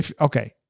Okay